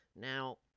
Now